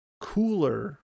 cooler